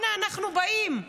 אנה אנחנו באים.